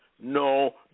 No